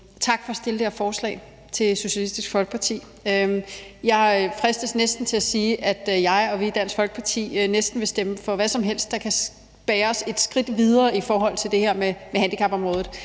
at fremsætte det her forslag. Jeg fristes til at sige, at jeg og vi i Dansk Folkeparti næsten vil stemme for hvad som helst, der kan bære os et skridt videre i forhold til det her med handicapområdet.